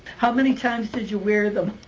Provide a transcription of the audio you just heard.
how many times did you wear them?